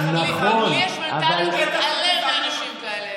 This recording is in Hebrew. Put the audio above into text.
לי יש מנטליות להתעלם מאנשים כאלה.